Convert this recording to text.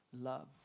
love